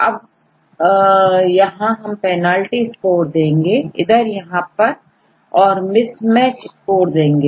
अब अब यहां हम पेनल्टी स्कोर देंगे इधर यहां पर और मिस मैच स्कोर देंगे